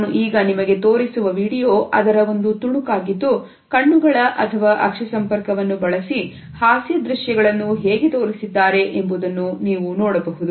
ನಾನು ಈಗ ನಿಮಗೆ ತೋರಿಸುವ ವಿಡಿಯೋ ಅದರ ಒಂದು ತುಣುಕು ಆಗಿದ್ದು ಕಣ್ಣುಗಳ ಅಥವಾ ಅಕ್ಷಿ ಸಂಪರ್ಕವನ್ನು ಬಳಸಿ ಹಾಸ್ಯ ದೃಶ್ಯಗಳನ್ನು ಹೇಗೆ ತೋರಿಸಿದ್ದಾರೆ ಎಂಬುದನ್ನು ನೀವು ನೋಡಬಹುದು